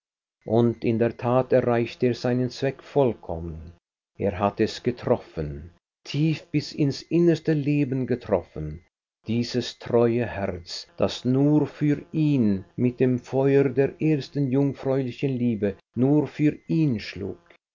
und in der tat erreichte er seinen zweck voll kommen er hatte es getroffen tief bis ins innerste leben getroffen dieses treue herz das nur für ihn mit dem feuer der ersten jungfräulichen liebe nur für ihn schlug